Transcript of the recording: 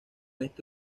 este